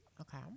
Okay